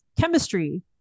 chemistry